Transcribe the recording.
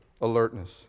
alertness